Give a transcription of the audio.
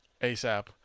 asap